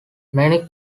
many